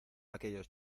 aquellos